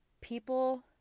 people